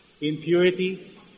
Impurity